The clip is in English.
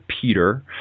Peter